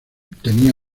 tenía